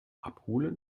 abholen